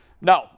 No